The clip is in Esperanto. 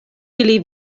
ili